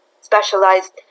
specialized